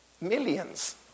millions